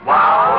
Wow